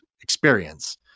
experience